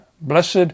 blessed